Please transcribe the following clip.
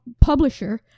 publisher